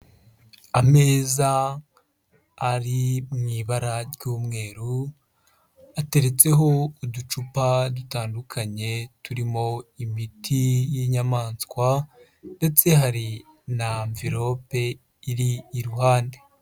Ameza ari mu ibara ry'umweru ateretseho uducupa dutandukanye turimo imiti y'inyamaswa ndetse hari na amvilope iri iruhande.